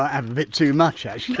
ah a bit too much actually.